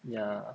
yeah